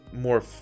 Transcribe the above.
more